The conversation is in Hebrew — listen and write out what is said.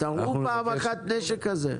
תראו פעם אחת נשק כזה.